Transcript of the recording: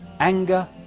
anger,